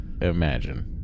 imagine